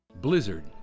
Blizzard